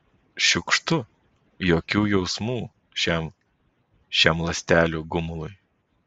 šiukštu jokių jausmų šiam šiam ląstelių gumului